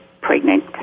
pregnant